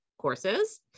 courses